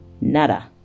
nada